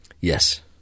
Yes